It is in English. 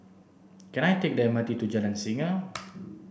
can I take the M R T to Jalan Singa